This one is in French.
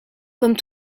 comme